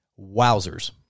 Wowzers